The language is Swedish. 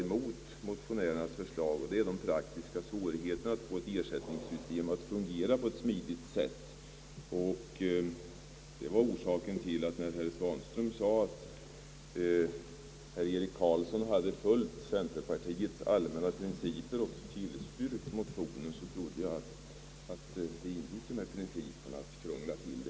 Det är, herr talman, dessa motiv som väglett utskottet då det avstyrkt motionerna. Jag ber att få yrka bifall till utskottets utlåtande.